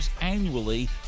annually